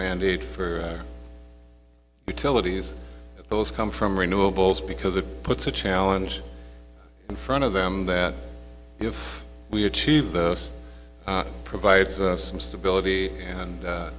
mandate for utilities those come from renewables because it puts a challenge in front of them that if we achieve those provides some stability and